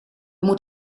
moet